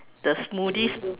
the smoothies